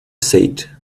said